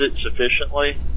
sufficiently